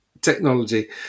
technology